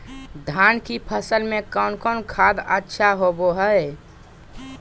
धान की फ़सल में कौन कौन खाद अच्छा होबो हाय?